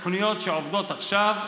אלה תוכניות שעובדות עכשיו,